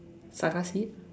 saga seed